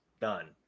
done